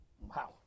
wow